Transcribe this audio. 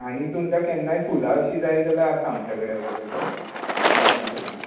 आनी तुमकां केन्नाय फुलां अशीं जाय जाल्यार आसा आमच्या कडेन अवेलेबल बाकी सगलीं